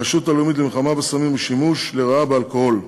הרשות הלאומית למלחמה בסמים ובשימוש לרעה באלכוהול,